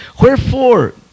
wherefore